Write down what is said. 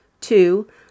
Two